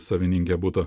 savininkė buto